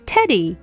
Teddy